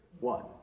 one